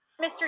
Mr